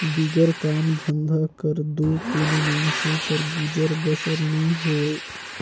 बिगर काम धंधा कर दो कोनो मइनसे कर गुजर बसर नी होए